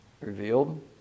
revealed